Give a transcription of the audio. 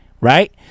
right